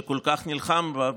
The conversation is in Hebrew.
שכל כך נלחם בה,